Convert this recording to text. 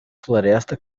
floresta